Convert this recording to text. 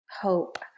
hope